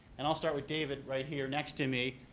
and i'll start with david right here next to me.